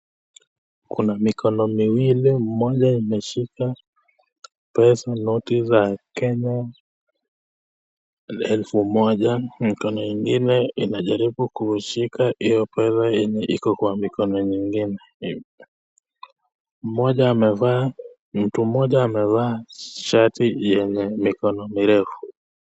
Kuna mikono miwili, mmoja imeshika pesa noti za Kenya elfu moja mkono ingine inajaribu kushika io fedha yenye iko kwa mikono nyingine. Mtu mmoja amevaa shati yenye mikono mirefu.